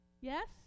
yes